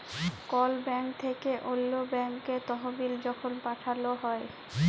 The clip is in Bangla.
কল ব্যাংক থ্যাইকে অল্য ব্যাংকে তহবিল যখল পাঠাল হ্যয়